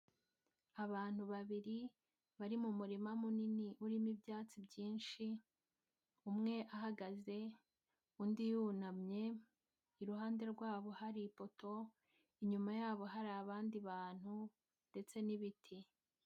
Abantu babiri bari mu murima munini urimo ibyatsi byinshi, umwe ahagaze undi yunamye, iruhande rwabo hari ipoto, inyuma ya bo hari abandi bantu ndetse n'ibiti.